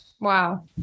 wow